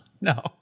No